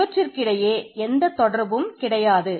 இவற்றிற்கிடையே எந்த தொடர்பும் கிடையாது